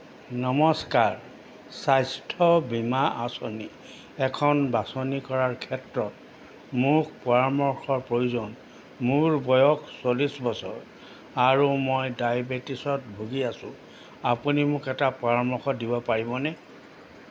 নমস্কাৰ স্বাস্থ্য বীমা আঁচনি এখন বাছনি কৰাৰ ক্ষেত্ৰত মোক পৰামৰ্শৰ প্ৰয়োজন মোৰ বয়স চল্লিছ বছৰ আৰু মই ডায়েবেটিছত ভুগি আছোঁ আপুনি মোক এটা পৰামৰ্শ দিব পাৰিবনে